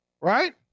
Right